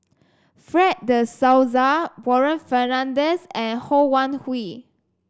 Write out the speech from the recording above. Fred De Souza Warren Fernandez and Ho Wan Hui